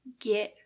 get